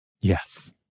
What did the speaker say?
Yes